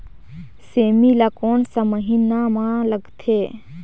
सेमी ला कोन सा महीन मां लगथे?